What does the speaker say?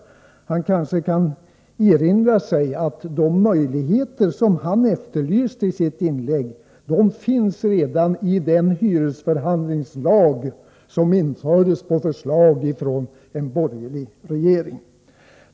Han kan kanske erinra sig att de möjligheter som han i sitt inlägg efterlyste redan finns i den hyresförhandlingslag som infördes på förslag från en borgerlig regering.